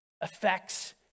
affects